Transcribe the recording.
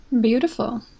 Beautiful